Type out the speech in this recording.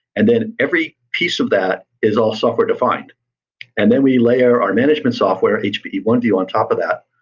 and then every piece of that is all software-defined and then we lay our our management software hpe but one deal on top of that.